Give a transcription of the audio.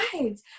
Right